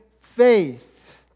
faith